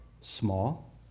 small